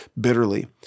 bitterly